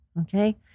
Okay